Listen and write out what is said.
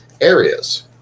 areas